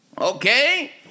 okay